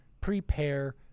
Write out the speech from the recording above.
prepare